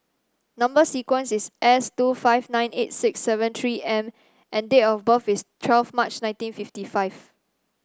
number sequence is S two five nine eight six seven three M and date of birth is twelve March nineteen fifty five